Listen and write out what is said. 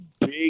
big